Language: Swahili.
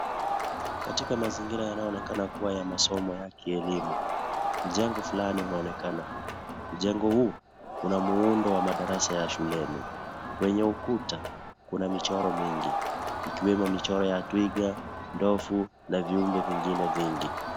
Katika mazingira yanayoonekana kuwa ya masomo ya kielimu, mjengo fulani unaonekana, mjengo huu una muundo wa darasa ya shuleni kwenye ukuta kuna michoro mingi ikiwemo michoro ya twiga, ndovu na viumbe vingine vingi.